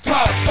Top